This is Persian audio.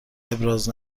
ابراز